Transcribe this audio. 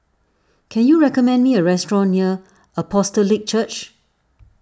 can you recommend me a restaurant near Apostolic Church